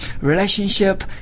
relationship